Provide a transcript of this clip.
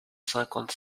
cinquante